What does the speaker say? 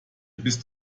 bist